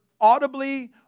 audibly